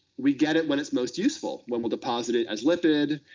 we get it when it's most useful, when we'll deposit it as lipid,